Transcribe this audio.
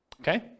Okay